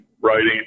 writing